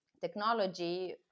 technology